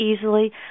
easily